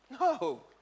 No